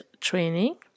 training